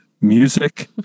music